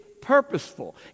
purposeful